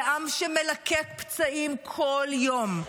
זה עם שמלקט פצעים כל יום,